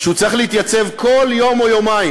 שהוא צריך להתייצב כל יום או יומיים.